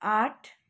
आठ